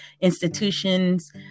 institutions